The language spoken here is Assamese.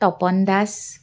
তপন দাস